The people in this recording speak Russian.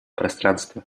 пространство